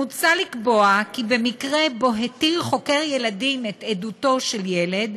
מוצע לקבוע כי במקרה שבו התיר חוקר ילדים את עדותו של ילד,